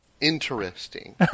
Interesting